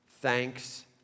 Thanks